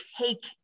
take